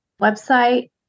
website